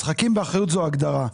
משחקים באחריות זו הגדרה.